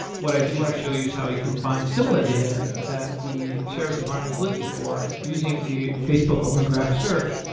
what i do want to show you is how you can find similar data that the sheriff's department is looking for using the facebook open graph search,